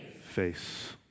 face